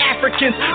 Africans